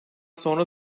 sonra